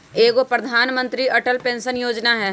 एगो प्रधानमंत्री अटल पेंसन योजना है?